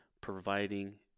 providing